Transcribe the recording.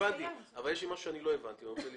הבנתי, אבל יש משהו שלא הבנתי ואני רוצה לשאול.